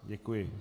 Děkuji.